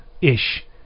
ish